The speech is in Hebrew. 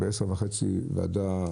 בשעה 10:30 יש ישיבה נוספת בוועדה,